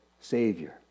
Savior